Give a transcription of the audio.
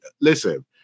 listen